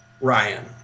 Ryan